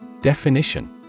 Definition